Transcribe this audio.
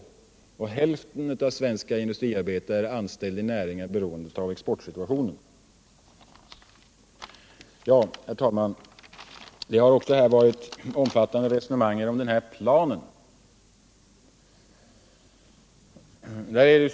Hälften av de svenska industriarbetarna är anställda i näringar som är beroende av exportsituationen. Herr talman! Det har här också förekommit omfattande resonemang om beredskapsplanen.